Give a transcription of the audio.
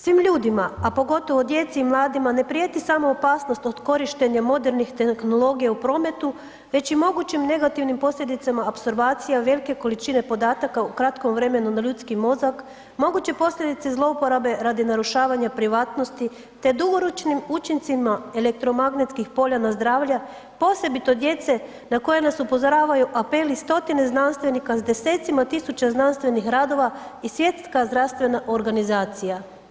Svim ljudima a pogotovo djeci i mladima ne prijeti samo opasnost od korištenja modernih tehnologija u prometu već i mogućim negativnim posljedicama, opservacija, velike količine podataka u kratkom vremenu na ljudski mozak, moguće posljedice zlouporabe radi narušavanja privatnosti te dugoročnim učincima elektromagnetskih polja na zdravlje osobito djece na koje nas upozoravaju apeli stotine znanstvenika s desecima tisuća znanstvenih radova i Svjetska zdravstvena organizacija.